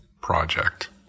project